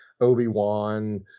Obi-Wan